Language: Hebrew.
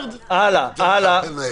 גם את --- לימדו אותך שם בהרווארד?